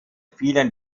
vielen